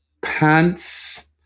pants